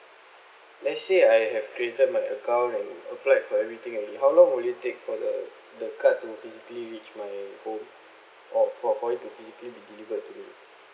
let's say I have created my account and applied for everything already how long will it take for the the card to physically reach my home or for for it to physically be delivered to me